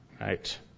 Right